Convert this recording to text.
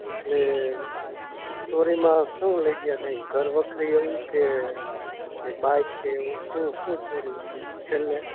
એટલે ચોરીમાં શું લઈ ગયા ઘરવખરી એવું કે બાઈક કે એવું શું શું ચોરી થઇ છેલ્લે